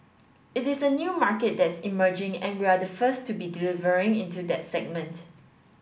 it is a new market that's emerging and we're the first to be delivering into that segment